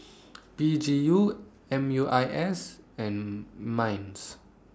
P G U M U I S and Minds